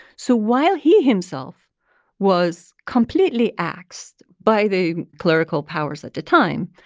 so while he himself was completely axed by the clerical powers at the time,